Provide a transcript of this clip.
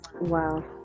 wow